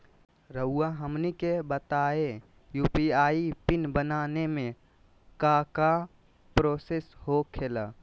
रहुआ हमनी के बताएं यू.पी.आई पिन बनाने में काका प्रोसेस हो खेला?